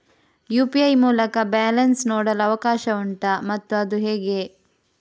UPI ಮೂಲಕ balance ನೋಡಲು ಅವಕಾಶ ಉಂಟಾ ಮತ್ತು ಅದು ಹೇಗೆ?